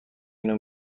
اینو